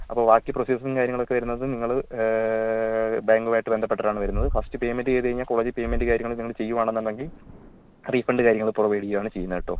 അപ്പോൾ ബാക്കി പ്രൊസസ്സും കാര്യങ്ങളൊക്കെ വരുന്നതും നിങ്ങൾ ബാങ്കുമായിട്ട് ബന്ധപ്പെട്ടിട്ടാണ് വരുന്നത് ഫസ്റ്റ് പേയ്മെൻ്റ് ചെയ്തു കഴിഞ്ഞാൽ കോളേജ് പേയ്മെൻ്റ് കാര്യങ്ങൾ നിങ്ങൾ ചെയ്യുകയാണെന്നുണ്ടെങ്കിൽ റീഫണ്ട് കാര്യങ്ങൾ പ്രൊവൈഡ് ചെയ്യുകയാണ് ചെയ്യുന്നത് കേട്ടോ